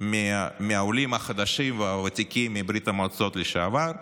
מהעולים החדשים והוותיקים מברית המועצות לשעבר,